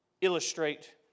illustrate